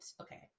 okay